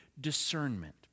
discernment